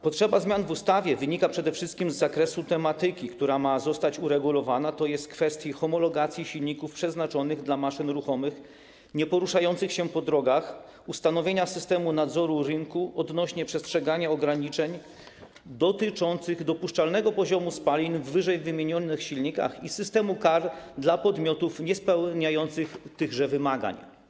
Potrzeba zmian w ustawie wynika przede wszystkim z zakresu tematyki, która ma zostać uregulowana, tj. kwestii homologacji silników przeznaczonych dla maszyn ruchomych nieporuszających się po drogach, ustanowienia systemu nadzoru rynku odnośnie do przestrzegania ograniczeń dotyczących dopuszczalnego poziomu spalin w ww. silnikach i systemu kar dla podmiotów niespełniających tychże wymagań.